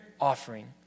offering